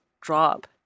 drop